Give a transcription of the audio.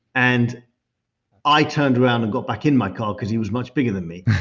and i turned around and got back in my car because he was much bigger than me.